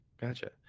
gotcha